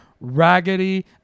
raggedy